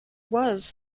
was